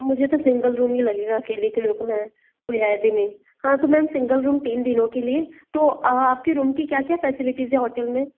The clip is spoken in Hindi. मुझे तो सिंगल रूम ही लगेगा अकेली के रुक मैं कोई है भी नहीं हाँ तो मैम सिंगल रूम तीन दिनों के लिए तो आपके रूम की क्या क्या फ़ैसिलिटीज़ है होटल में